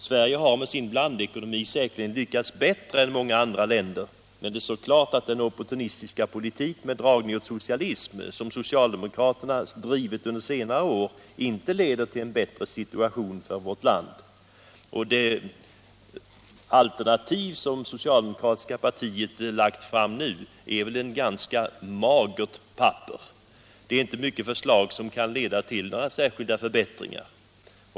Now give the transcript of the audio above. Sverige har med sin blandekonomi säkerligen lyckats bättre än många andra länder, men det står klart att den opportunistiska politik med dragning åt socialism som socialdemokraterna drivit under senare år inte leder till en bättre situation för vårt land. Detta alternativ som det socialdemokratiska partiet lagt fram nu är ett ganska magert papper. Det innehåller inte förslag som kan leda till några särskilda förbättringar.